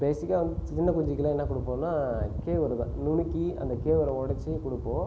பேஸிக்காக வந்து சின்ன குஞ்சுக்கெலாம் என்ன கொடுப்போனால் கேழ்வுருதான் நுணுக்கி அந்தக் கேழ்வுர உடைச்சு கொடுப்போம்